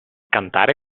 cantare